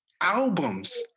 albums